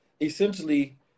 essentially